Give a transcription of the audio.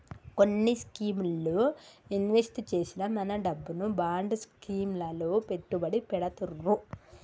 కొన్ని స్కీముల్లో ఇన్వెస్ట్ చేసిన మన డబ్బును బాండ్ స్కీం లలో పెట్టుబడి పెడతుర్రు